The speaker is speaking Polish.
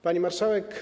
Pani Marszałek!